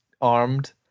armed